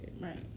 Right